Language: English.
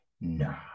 No